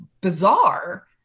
bizarre